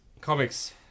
Comics